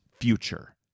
future